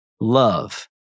Love